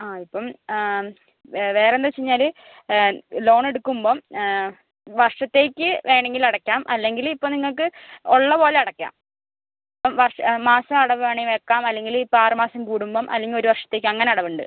ആ ഇപ്പം ആ വേറെ എന്താ വെച്ച് കഴിഞ്ഞാല് ലോണ് എടുക്കുമ്പം വർഷത്തേക്ക് വേണെങ്കിൽ അടക്കാം അല്ലെങ്കില് ഇപ്പം നിങ്ങക്ക് ഉള്ള പോലെ അടയ്ക്കാം ഇപ്പം വർഷ മാസ അടവ് വേണമെങ്കിൽ വെക്കാം അല്ലെങ്കില് ഇപ്പ ആറ് മാസം കൂടുമ്പം അല്ലെ ഒരു വർഷത്തേക്ക് അങ്ങനെ അടവ് ഉണ്ട്